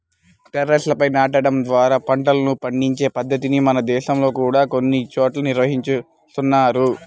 టెర్రస్లపై నాటడం ద్వారా పంటలను పండించే పద్ధతిని మన దేశంలో కూడా కొన్ని చోట్ల నిర్వహిస్తున్నారు